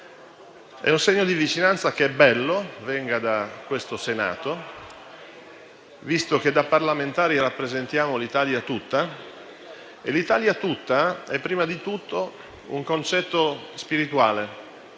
È un segno di vicinanza che è bello venga da questo Senato, visto che da parlamentari rappresentiamo l'Italia tutta e che l'Italia tutta è prima di tutto un concetto spirituale.